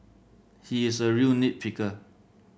he is a real nit picker